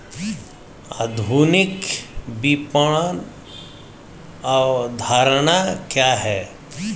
आधुनिक विपणन अवधारणा क्या है?